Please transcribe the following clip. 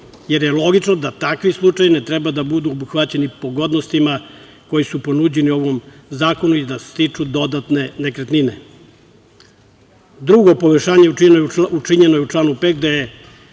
jer je logično da takvi slučajevi ne treba da budu obuhvaćeni pogodnostima koje su ponuđene u ovom zakonu i da stiču dodatne nekretnine. Drugo poboljšanje učinjeno je u članu 5. gde je